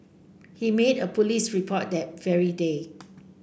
he made a police report that very day